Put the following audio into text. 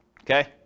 Okay